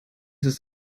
ist